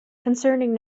concerning